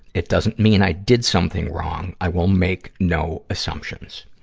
it doesn't mean i did something wrong. i will make no assumptions.